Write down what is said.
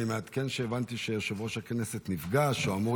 אני מעדכן שהבנתי שיושב-ראש נפגש או אמור